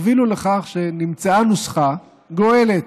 הובילו לכך שנמצאה נוסחה גואלת: